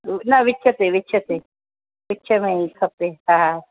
न विच ते विच ते विच में खपे हा